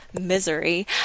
misery